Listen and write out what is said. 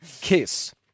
Kiss